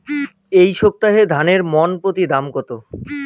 এই সপ্তাহে ধানের মন প্রতি দাম কত?